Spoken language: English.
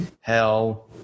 hell